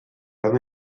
can